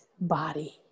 body